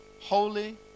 Holy